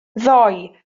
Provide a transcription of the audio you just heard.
ddoe